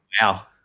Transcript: Wow